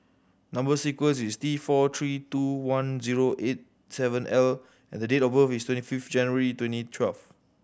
number sequence is T four three two one zero eight seven L and the date of birth is twenty fifth January twenty twelve